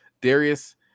Darius